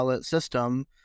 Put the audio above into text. system